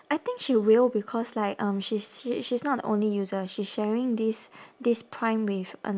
I think she will because like um she's she she's not the only user she's sharing this this prime with ano~